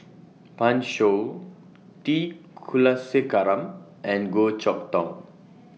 Pan Shou T Kulasekaram and Goh Chok Tong